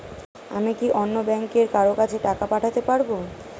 আমি কি অন্য ব্যাংকের কারো কাছে টাকা পাঠাতে পারেব?